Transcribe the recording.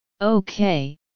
Okay